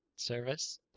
service